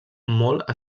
molt